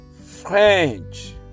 French